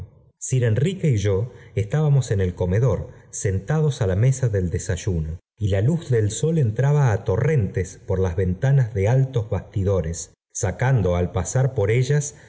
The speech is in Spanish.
sir enrique y yo estábamos en el comedor sentados á la mesa del desayuno y la luz del sol entraba á torrentes por las ventanas de altos bastidores sacando al pasar por ellas